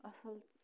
اَصٕل